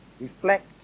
reflect